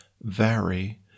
vary